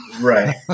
Right